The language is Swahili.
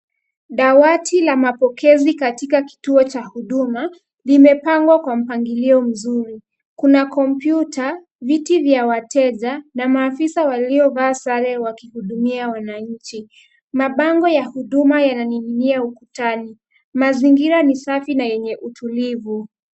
Dawati la mapokezi katika kituo cha huduma, limepangwa kwa mpangilio mzuri. Kuna computer , viti vya wateja, na maafisa walio vaa sare wakihudumia wananchi. Mabango ya huduma yananing'inia ukutani. Mazingira ni safi na yenye utulivu.